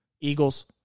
Eagles